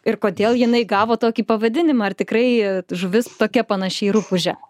ir kodėl jinai gavo tokį pavadinimą ar tikrai žuvis tokia panaši į rupūžę